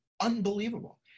Unbelievable